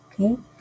okay